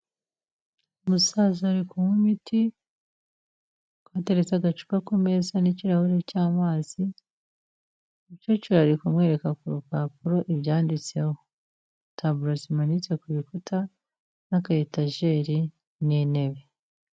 Umusaza ari kunywa imiti, hateretse agacupa ku meza n'ikirahuri cy'amazi, umukecuru ari kumwereka ku rupapuro ibyanditseho, taburo zimanitse ku bikuta n'aka etajeri n'intebe.